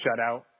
shutout